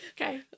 Okay